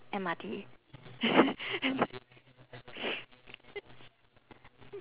M_R_T